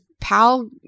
pal